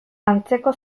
antzeko